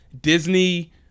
Disney